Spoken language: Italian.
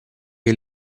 che